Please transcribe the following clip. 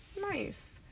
nice